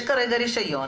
יש כרגע רישיון,